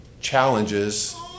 challenges